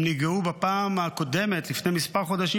הם נגרעו בפעם הקודמת לפני מספר חודשים,